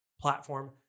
platform